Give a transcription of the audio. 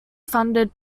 funded